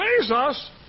Jesus